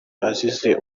azize